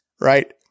right